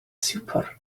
swper